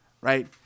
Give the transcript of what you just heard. Right